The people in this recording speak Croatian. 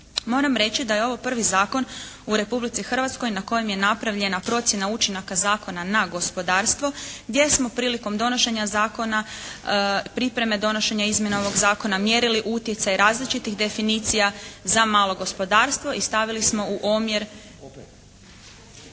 Moram reći da je ovo prvi zakon u Republici Hrvatskoj na kojem je napravljena procjena učinaka zakona na gospodarstvo gdje smo prilikom donošenja zakona, pripreme donošenja izmjene ovog zakona mjerili utjecaj različitih definicija za malo gospodarstvo i stavili smo u omjer